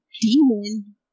demon